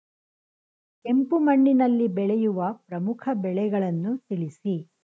ಕೆಂಪು ಮಣ್ಣಿನಲ್ಲಿ ಬೆಳೆಯುವ ಪ್ರಮುಖ ಬೆಳೆಗಳನ್ನು ತಿಳಿಸಿ?